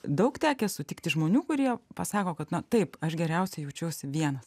daug tekę sutikti žmonių kurie pasako kad na taip aš geriausiai jaučiuosi vienas